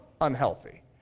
unhealthy